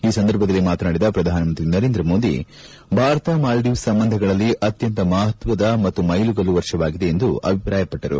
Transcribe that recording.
ಈ ಸಂದರ್ಭದಲ್ಲಿ ಮಾತನಾಡಿದ ಪ್ರಧಾನಮಂತ್ರಿ ನರೇಂದ್ರ ಮೋದಿ ಭಾರತ ಮಾಲ್ಲೀವ್ಗೆ ಸಂಬಂಧಗಳಲ್ಲಿ ಅತ್ಯಂತ ಮಹತ್ವದ ಮತ್ತು ಮೈಲಿಗಲ್ಲು ವರ್ಷವಾಗಿದೆ ಎಂದು ಅಭಿಪ್ರಾಯಪಟ್ಟರು